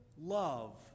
love